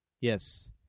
yes